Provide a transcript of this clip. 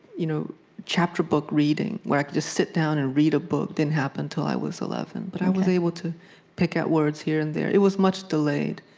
you know chapter-book reading, when i could just sit down and read a book, didn't happen until i was eleven. but i was able to pick out words here and there. it was much delayed